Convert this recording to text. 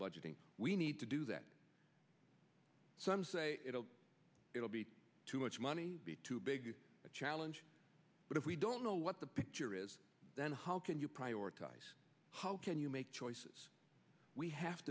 budgeting we need to do that some say it'll be too much money be too big a challenge but if we don't know what the picture is then how can you prioritize how can you make choices we have